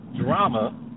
drama